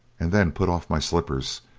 and then put off my slippers,